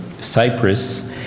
Cyprus